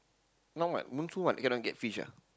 now what monsoon what you cannot get fish ah